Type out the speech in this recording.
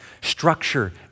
structure